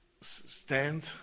stand